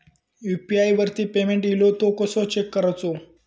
UPI वरती payment इलो तो कसो चेक करुचो?